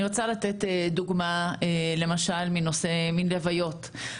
אני רוצה לתת דוגמה למשל מלוויות.